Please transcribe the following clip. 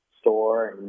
store